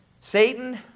Satan